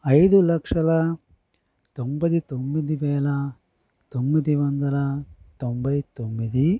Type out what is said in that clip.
ఐదు లక్షల తొంభై తొమ్మిది వేల తొమ్మిది వందల తొంభై తొమ్మిది